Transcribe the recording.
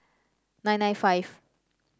nine nine five